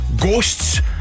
Ghosts